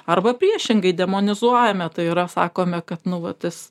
arba priešingai demonizuojame tai yra sakome kad nu vat jis